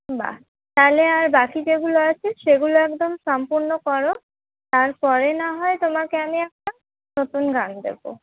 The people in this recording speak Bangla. বাহ তাহলে আর বাকি যেগুলো আছে সেগুলো একদম সম্পূর্ণ করো তারপরে না হয় তোমাকে আমি একটা নতুন গান দেব